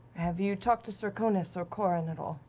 have you talked to cerkonos or korren at all?